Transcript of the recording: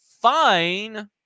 fine